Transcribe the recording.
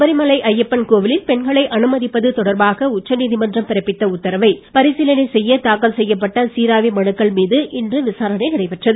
சபரிமலை சபரிமலை ஐயப்பன் கோவிலில் பெண்களை அனுமதிப்பது தொடர்பாக உச்ச நீதிமன்றம் பிறப்பித்த உத்தரவை பரிசீலனை செய்ய தாக்கல் செய்யப்பட்ட சீராய்வு மனுக்கள் மீது இன்று விசாரணை நடைபெற்றது